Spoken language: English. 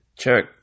check